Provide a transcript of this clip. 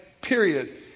period